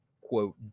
quote